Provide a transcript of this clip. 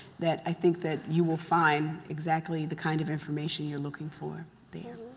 that i think that you will find exactly the kind of information you're looking for there.